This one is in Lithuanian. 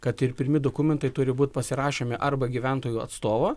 kad ir pirmi dokumentai turi būt pasirašomi arba gyventojų atstovo